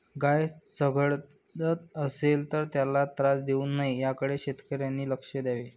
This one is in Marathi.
गाय चघळत असेल तर त्याला त्रास देऊ नये याकडे शेतकऱ्यांनी लक्ष द्यावे